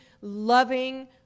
loving